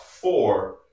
four